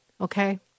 okay